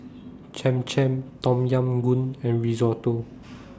Cham Cham Tom Yam Goong and Risotto